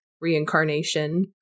reincarnation